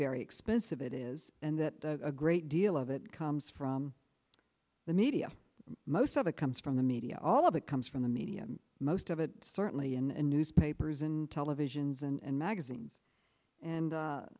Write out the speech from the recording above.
very expensive it is and that a great deal of it comes from the media most of it comes from the media all of it comes from the media most of it certainly in newspapers in televisions and magazines and